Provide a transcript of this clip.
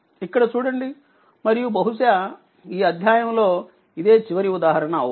ఇక్కడ చూడండిమరియుబహుశాఈ అధ్యాయం లో ఇదే చివరి ఉదాహరణ అవ్వవచ్చు